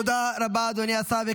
תודה רבה, אדוני השר.